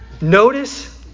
Notice